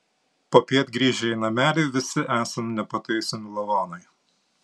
popiet grįžę į namelį visi esam nepataisomi lavonai